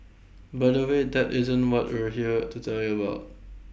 but anyway that isn't what we're here to tell you about